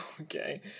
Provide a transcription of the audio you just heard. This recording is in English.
okay